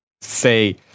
say